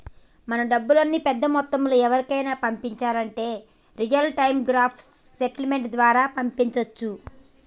మనం డబ్బుల్ని పెద్ద మొత్తంలో ఎవరికైనా పంపించాలంటే రియల్ టైం గ్రాస్ సెటిల్మెంట్ ద్వారా పంపించవచ్చు